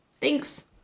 Thanks